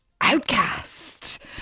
Outcast